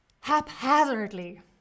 Haphazardly